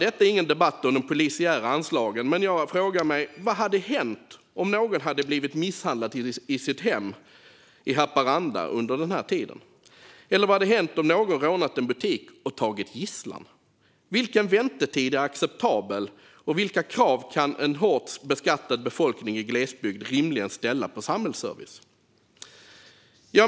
Detta är inte en debatt om polisiära anslag. Men jag frågar mig vad som hade hänt om någon i Haparanda hade blivit misshandlad i sitt hem under denna tid. Vad hade hänt om någon hade rånat en butik och tagit gisslan? Vilken väntetid är acceptabel? Och vilka krav kan en hårt beskattad befolkning i glesbygd rimligen ställa på samhällsservice?